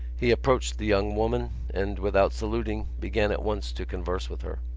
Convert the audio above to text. he approached the young woman and, without saluting, began at once to converse with her.